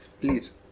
please